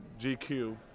GQ